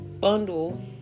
bundle